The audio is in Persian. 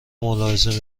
ملاحظه